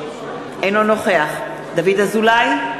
אינו נוכח דוד אזולאי,